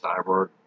cyborg